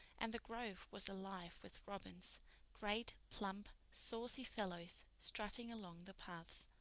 and the grove was alive with robins great, plump, saucy fellows, strutting along the paths.